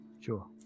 Sure